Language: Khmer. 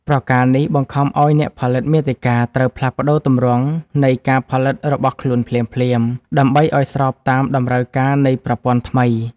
ប្រការនេះបង្ខំឱ្យអ្នកផលិតមាតិកាត្រូវផ្លាស់ប្តូរទម្រង់នៃការផលិតរបស់ខ្លួនភ្លាមៗ ដើម្បីឱ្យស្របតាមតម្រូវការនៃប្រព័ន្ធថ្មី។